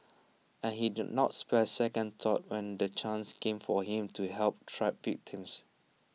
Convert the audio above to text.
and he did not spare second thought when the chance came for him to help trapped victims